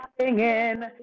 singing